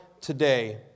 today